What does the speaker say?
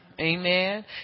Amen